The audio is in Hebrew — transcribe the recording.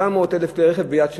700,000 כלי רכב יד שנייה.